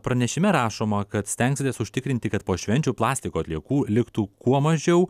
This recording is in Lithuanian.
pranešime rašoma kad stengsitės užtikrinti kad po švenčių plastiko atliekų liktų kuo mažiau